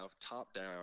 top-down